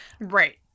Right